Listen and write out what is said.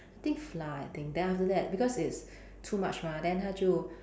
think flour I think then after that because it's too much mah then 他就